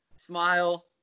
Smile